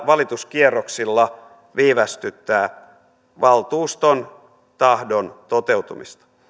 valituskierroksilla viivästyttää valtuuston tahdon toteutumista